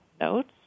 notes